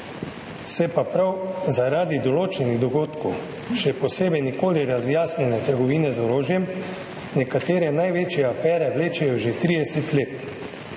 se pa prav zaradi določenih dogodkov, še posebej nikoli razjasnjene trgovine z orožjem, nekatere največje afere vlečejo že 30 let,